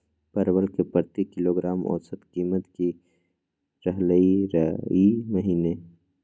परवल के प्रति किलोग्राम औसत कीमत की रहलई र ई महीने?